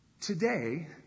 Today